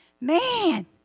Man